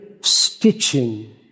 stitching